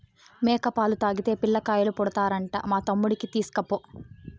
మేక పాలు తాగితే పిల్లకాయలు పుడతారంట మా తమ్ముడికి తీస్కపో